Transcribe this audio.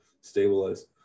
stabilize